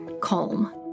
calm